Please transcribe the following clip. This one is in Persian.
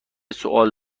سوال